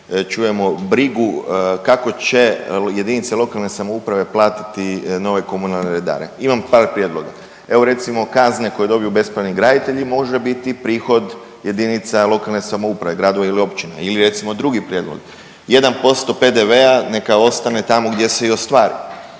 čujemo brigu kako će jedinice lokalne samouprave platiti nove komunalne redare. Imam par prijedloga. Evo recimo kazne koje dobiju bespravni graditelji može biti prihod jedinica lokalne samouprave, gradova ili općina ili recimo drugi prijedlog, 1% PDV-a neka ostane tamo gdje se i ostvari